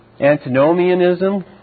antinomianism